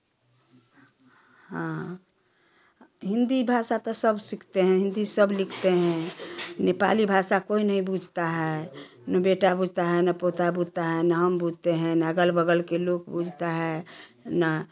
हाँ हिंदी भाषा तो सब सीखते हैं हिंदी सब लिखते हैं नेपाली भाषा कोई नहीं बूझता है न बेटा बूझता है न हम बूझते है न अगल बगल के लोग बूझता है न